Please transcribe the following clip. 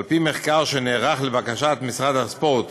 על פי מחקר שנערך לבקשת משרד הספורט